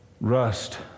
rust